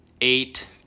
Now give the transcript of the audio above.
Eight